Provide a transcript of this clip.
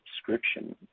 subscription